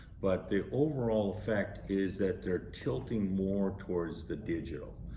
but the overall effect is that they're tilting more towards the digital,